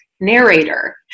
Narrator